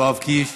יואב קיש,